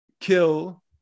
kill